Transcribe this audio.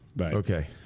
Okay